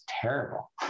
terrible